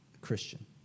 Christian